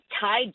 tied